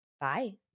Bye